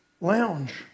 lounge